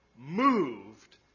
moved